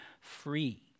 free